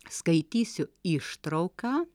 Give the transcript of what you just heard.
skaitysiu ištrauką